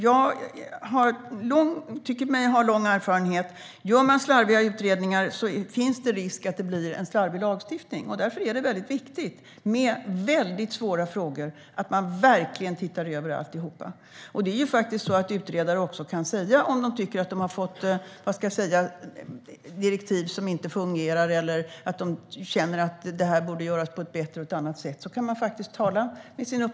Jag tycker mig ha lång erfarenhet, och gör man slarviga utredningar finns det risk att det blir en slarvig lagstiftning. Därför är det viktigt att man verkligen tittar över alltihop ordentligt med mycket svåra frågor. Utredare kan faktiskt också tala med sin uppdragsgivare om de tycker att de har fått direktiv som inte fungerar eller att de känner att det här borde göras på ett bättre eller annat sätt.